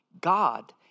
God